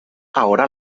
ahora